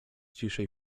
ciszej